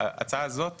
ההצעה הזאת